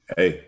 Hey